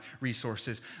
resources